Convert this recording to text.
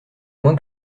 moins